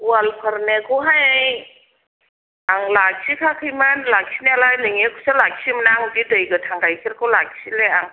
गवालफोरनिखौहाय आं लाखि खायाखैमोन लाखिनायालाय नोंनिखौसो लाखियोमोन आं बिदि दै गोथां गाइखेरखौ लाखिला आं